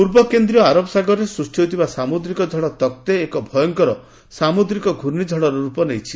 ତକ୍ରେ ପୂର୍ବ କେନ୍ଦ୍ରୀୟ ଆରବ ସାଗରରେ ସୃଷ୍ଟି ହୋଇଥିବା ସାମୁଦ୍ରିକ ଝଡ଼ ତକ୍ତେ ଏକ ଭୟଙ୍କର ସାମୁଦ୍ରିକ ଘୂର୍ଣ୍ଣିଝଡ଼ର ରୂପ ନେଇଛି